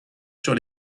sur